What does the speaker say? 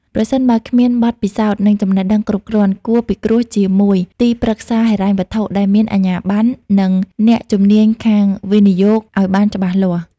ប្រសិនបើ គ្មានបទពិសោធន៍ និងចំណេះដឹងគ្រប់គ្រាន់ គួរពិគ្រោះជាមួយទីប្រឹក្សាហិរញ្ញវត្ថុដែលមានអាជ្ញាប័ណ្ណ និងអ្នកជំនាញខាងវិនិយោគអោយបានច្បាស់លាស់។